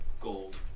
gold